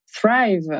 thrive